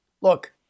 Look